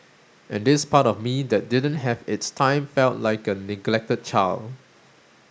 and this part of me that didn't have its time felt like a neglected child